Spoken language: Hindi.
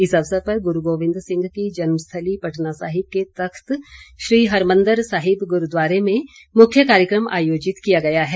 इस अवसर पर गुरू गोविंद सिंह की जन्मस्थली पटना साहिब के तख्त श्री हरमंदर साहिब गुरूद्वारे में मुख्य कार्यक्रम आयोजित किया गया है